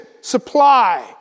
supply